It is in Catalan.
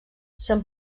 se’n